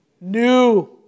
New